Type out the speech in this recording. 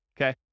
okay